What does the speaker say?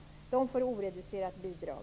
Den familjen får oreducerat bidrag.